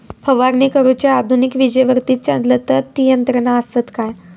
फवारणी करुची आधुनिक विजेवरती चलतत ती यंत्रा आसत काय?